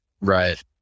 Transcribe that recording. Right